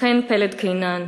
חן פלד קינן,